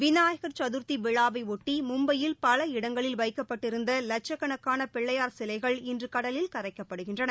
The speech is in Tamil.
விநாயகர் சதுர்த்தி விழாவையொட்டி மும்பையில் பல இடங்களில் வைக்கப்பட்டிருந்த வட்சக்கணக்கான பிள்ளையார் சிலைகள் இன்று கடலில் கரைக்கப்படுகின்றன